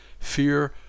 Fear